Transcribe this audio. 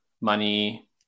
money